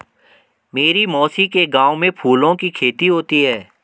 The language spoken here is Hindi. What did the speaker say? मेरी मौसी के गांव में फूलों की खेती होती है